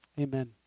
amen